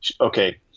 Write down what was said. Okay